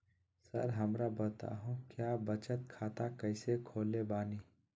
Sir हमरा बताओ क्या बचत खाता कैसे खोले बानी?